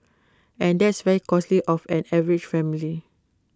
and that's very costly of an average family